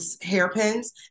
hairpins